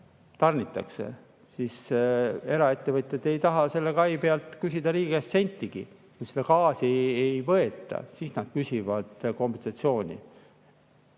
siis eraettevõtjad ei taha selle kai eest küsida riigi käest sentigi. Kui seda gaasi ei võeta, siis nad küsivad kompensatsiooni.